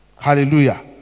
Hallelujah